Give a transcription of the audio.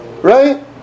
right